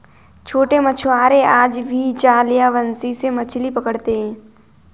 छोटे मछुआरे आज भी जाल या बंसी से मछली पकड़ते हैं